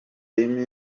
amafaranga